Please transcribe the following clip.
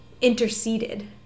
interceded